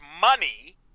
money